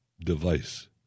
device